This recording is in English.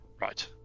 Right